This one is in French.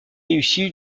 issu